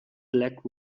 black